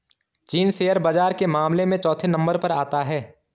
चीन शेयर बाजार के मामले में चौथे नम्बर पर आता है